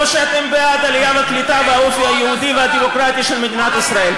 או שאתם בעד העלייה והקליטה והאופי היהודי והדמוקרטי של מדינת ישראל?